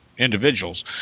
individuals